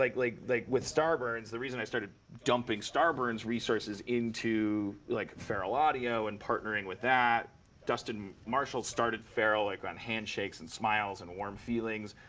like, like with starburns the reason i started dumping starburns resources into like feral audio, and partnering with that dustin marshall started feral like on handshakes and smiles and warm feelings,